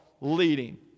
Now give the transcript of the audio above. leading